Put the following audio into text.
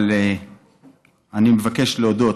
אבל אני מבקש להודות: